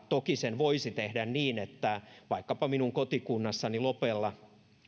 toki sen voisi tehdä niin että vaikkapa minun kotikunnassani lopella